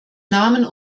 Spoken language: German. namen